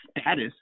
status